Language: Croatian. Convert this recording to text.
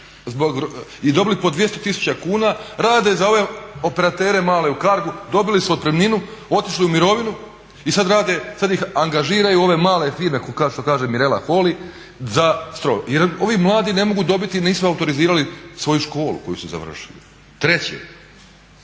i dobili po 200 tisuća kuna rade za ove operatere male u Cargu, dobili su otpremninu, otišli u mirovinu i sada ih angažiraju ove male firme što kaže Mirela Holy za … jer ovi mladi ne mogu dobiti nisu autorizirali svoju školu koju su završili. Treće.